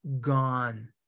gone